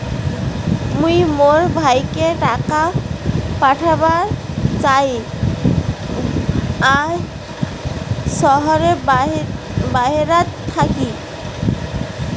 মুই মোর ভাইকে টাকা পাঠাবার চাই য়ায় শহরের বাহেরাত থাকি